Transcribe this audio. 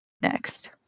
Next